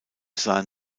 sahen